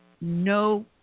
no